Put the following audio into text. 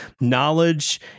knowledge